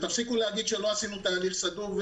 ותפסיקו להגיד שלא עשינו תהליך סדור.